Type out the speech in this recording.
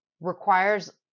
requires